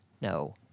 no